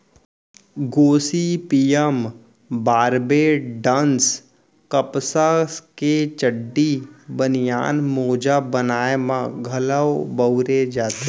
Gossypium barbadense कपसा के चड्डी, बनियान, मोजा बनाए म घलौ बउरे जाथे